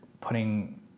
putting